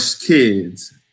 kids